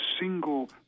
single